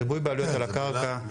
ריבוי בעלויות על הקרקע.